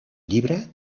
llibre